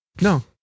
No